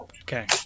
Okay